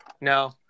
No